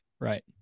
Right